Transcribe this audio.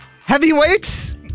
Heavyweights